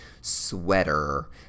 sweater